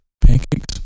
Pancakes